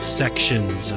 sections